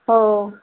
हो